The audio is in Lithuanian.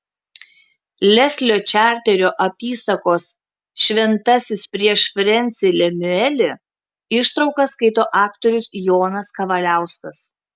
leslio čarterio apysakos šventasis prieš frensį lemiuelį ištraukas skaito aktorius jonas kavaliauskas